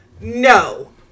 No